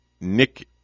nick